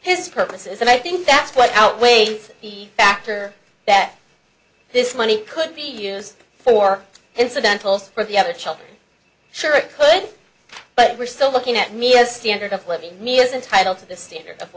his purposes and i think that's what outweighs the factor that this money could be used for incidentals for the other child sure it could but we're still looking at me as a standard of living near is entitled to the standard of